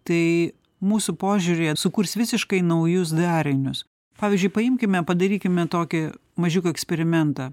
tai mūsų požiūrį sukurs visiškai naujus darinius pavyzdžiui paimkime padarykime tokį mažiuką eksperimentą